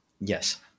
Yes